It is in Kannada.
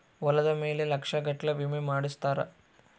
ಹೊಲದ ಮೇಲೆ ಲಕ್ಷ ಗಟ್ಲೇ ವಿಮೆ ಮಾಡ್ಸಿರ್ತಾರ